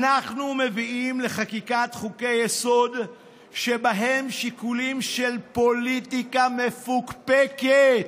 אנחנו מביאים לחקיקת חוקי-יסוד שבהם שיקולים של פוליטיקה מפוקפקת